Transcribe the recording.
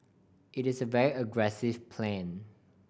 it is a very aggressive plan